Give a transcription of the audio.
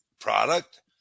product